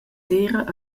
sera